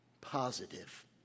positive